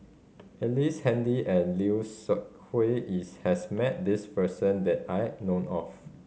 Ellice Handy and Lim Seok Hui is has met this person that I know of